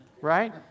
Right